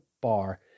bar